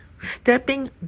stepping